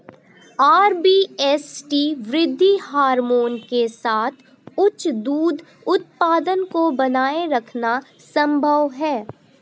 RBST वृद्धि hormone के साथ उच्च दूध उत्पादन को बनाए रखना संभव है